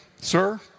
sir